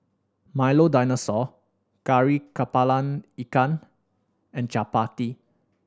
Milo Dinosaur Kari Kepala Ikan and Chappati